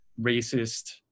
racist